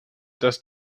dass